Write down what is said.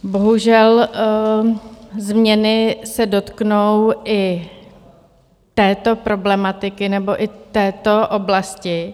Bohužel změny se dotknou i této problematiky, i této oblasti.